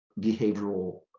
behavioral